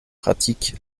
pratique